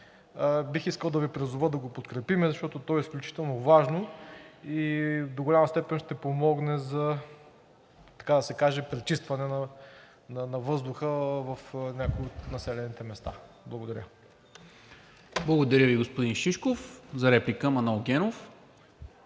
бих искал да Ви призова да го подкрепим, защото то е изключително важно и до голяма степен ще помогне, така да се каже, за пречистване на въздуха в някои от населените места. Благодаря. ПРЕДСЕДАТЕЛ НИКОЛА МИНЧЕВ: Благодаря Ви, господин Шишков. За реплика – Манол Генов.